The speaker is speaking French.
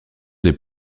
des